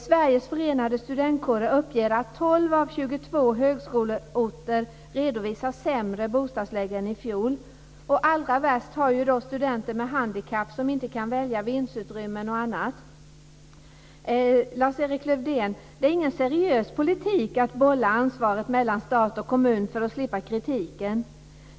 Sveriges Förenade Studentkårer uppger att 12 av 22 högskoleorter redovisar ett sämre bostadsläge än i fjol. Allra värst är det för studenter med handikapp som inte kan välja vindsutrymmen och annat. Lars-Erik Lövdén! Det är ingen seriös politik att bolla ansvaret mellan stat och kommun för att man ska slippa kritiken.